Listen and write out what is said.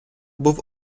був